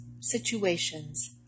situations